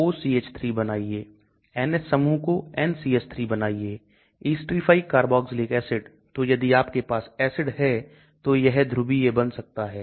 Log P बहुत कम है इसलिए यह बहुत ही हाइड्रोफिलिक है इसलिए इसकी पारगम्यता जोकि सेंटीमीटर प्रति सेकेंड का ट्रांसपोर्ट लॉग्र्रिदम है बहुत बहुत कम है